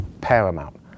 paramount